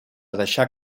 deixar